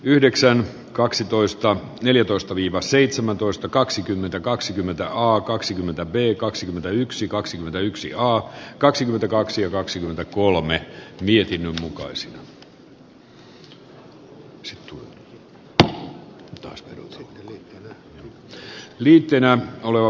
yhdeksän kaksitoista neljätoista viiva seitsemäntoista kaksikymmentä kaksikymmentäaa kaksikymmentä pe kaksikymmentäyksi kaksikymmentäyksi nolla kaksikymmentäkaksi kaksikymmentäkolme viisi arvoisa herra puhemies